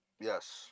Yes